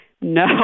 no